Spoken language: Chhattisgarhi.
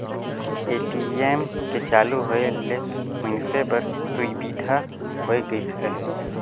ए.टी.एम के चालू होय ले मइनसे बर सुबिधा होय गइस हे